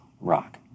rock